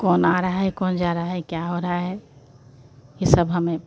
कौन आ रहा है कौन जा रहा है क्या हो रहा है ये सब हमें